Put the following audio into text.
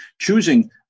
choosing